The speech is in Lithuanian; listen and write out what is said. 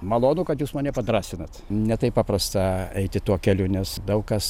malonu kad jūs mane padrąsinat ne taip paprasta eiti tuo keliu nes daug kas